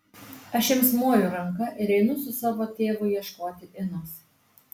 aš jiems moju ranka ir einu su savo tėvu ieškoti inos